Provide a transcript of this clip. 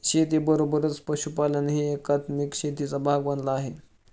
शेतीबरोबरच पशुपालनही एकात्मिक शेतीचा भाग बनला आहे